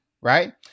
right